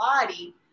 body